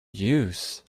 use